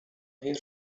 here